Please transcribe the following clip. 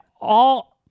all-